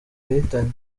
yahitanye